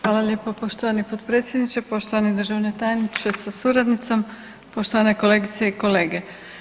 Hvala lijepo poštovani potpredsjedniče, poštovani državni tajniče sa suradnicom, poštovane kolegice i kolege.